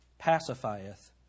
pacifieth